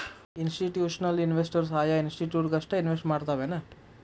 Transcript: Institutional investors ಆಯಾ institute ಗಷ್ಟ invest ಮಾಡ್ತಾವೆನ್?